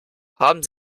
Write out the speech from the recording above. haben